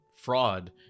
fraud